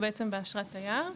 הם בעצם באשרת תייר.